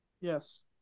Yes